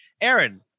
Aaron